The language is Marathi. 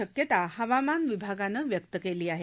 शक्यता हवामान विभागानं व्यक्त केली आहे